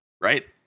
Right